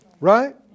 Right